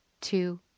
two